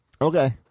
Okay